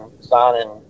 signing